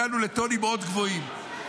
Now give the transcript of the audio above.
הגענו לטונים מאוד גבוהים.